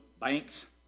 banks